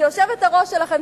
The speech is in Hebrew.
שהיושבת-ראש שלכם,